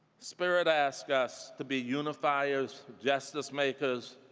spirit asks us to be unifyiers, justice makers,